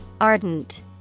Ardent